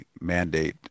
mandate